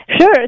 Sure